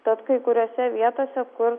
tad kai kuriose vietose kur